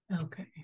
Okay